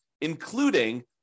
including